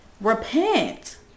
repent